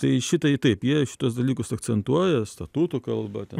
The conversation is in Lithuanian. tai šitai taip jie šituos dalykus akcentuoja statutu kalba ten